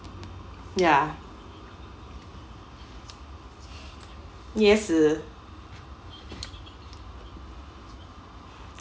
ya yes